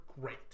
great